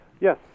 Yes